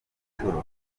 nshuro